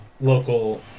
local